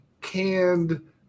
canned